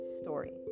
story